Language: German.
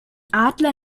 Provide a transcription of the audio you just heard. adler